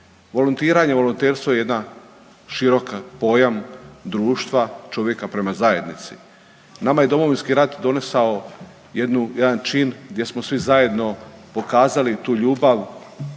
Volontiranje, volonterstvo je jedan širok pojam društva čovjeka prema zajednici. Nama je Domovinski rat donesao jedan čin gdje smo svi zajedno pokazali tu ljubav